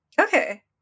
Okay